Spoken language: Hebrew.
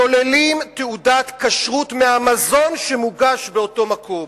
שוללים תעודת כשרות מהמזון שמוגש באותו מקום.